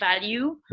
value